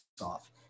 off